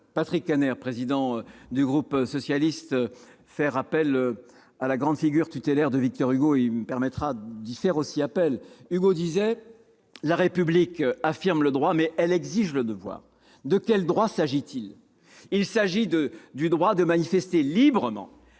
Patrick Kanner, président du groupe socialiste et républicain, faire appel à la grande figure tutélaire de Victor Hugo ; il me permettra d'y faire référence moi aussi. Hugo disait :« La République affirme le droit, mais elle exige le devoir. » De quel droit s'agit-il en